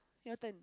your turn